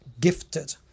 gifted